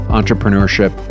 entrepreneurship